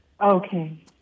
Okay